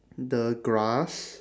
the grass